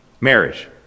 Marriage